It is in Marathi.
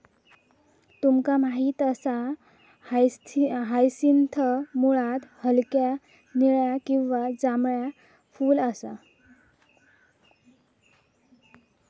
तुमका माहित असा हायसिंथ मुळात हलक्या निळा किंवा जांभळा फुल असा